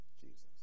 Jesus